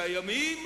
שהימים